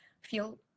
feel